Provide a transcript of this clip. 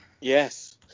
Yes